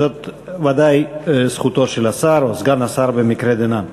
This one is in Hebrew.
זאת ודאי זכותו של השר או סגן השר במקרה דנן.